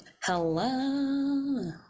Hello